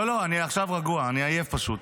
לא, לא, אני עכשיו רגוע, אני עייף פשוט.